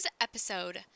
episode